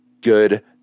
Good